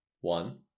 One